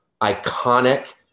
iconic